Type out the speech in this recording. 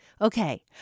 Okay